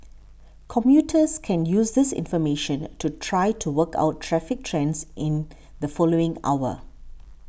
commuters can use this information to try to work out traffic trends in the following hour